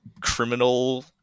criminal